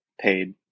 paid